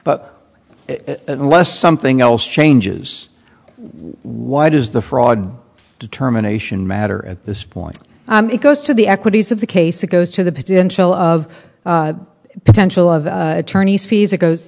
unless something else changes why does the fraud determination matter at this point it goes to the equities of the case it goes to the potential of potential of attorney's fees it goes